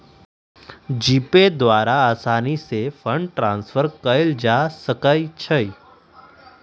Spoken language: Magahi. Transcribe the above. जीपे द्वारा असानी से फंड ट्रांसफर कयल जा सकइ छइ